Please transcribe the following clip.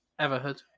everhood